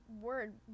word